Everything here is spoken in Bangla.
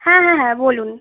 হ্যাঁ হ্যাঁ হ্যাঁ বলুন